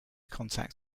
contact